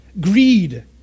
greed